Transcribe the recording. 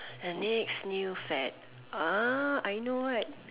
the next new fad ah I know what